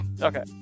Okay